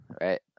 right